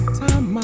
time